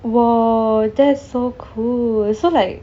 !wow! that's so cool so like